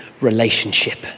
relationship